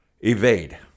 Evade